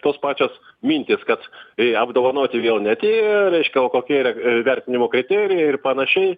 tos pačios mintys kad į apdovanoti vėl ne tie reiškia o kokie yra vertinimo kriterijai ir panašiai